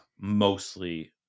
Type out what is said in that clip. mostly